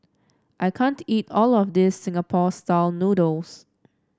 I can't eat all of this Singapore style noodles